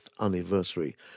anniversary